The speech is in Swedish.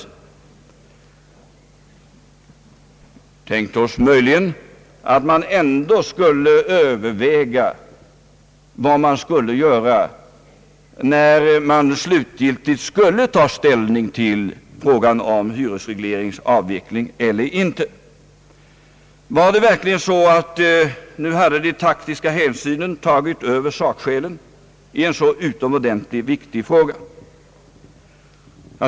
Vi tänkte oss möjligen att man ändå skulle överväga vad man skulle göra när man slutgiltigt skulle ta ställning till frågan om hyresregleringens avveckling. Var det verkligen så att de taktiska hänsynen hade tagit över sakskälen i en så utomordentligt viktig fråga?